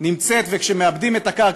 נמצאת וכשמעבדים את הקרקע,